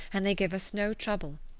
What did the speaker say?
and they give us no trouble.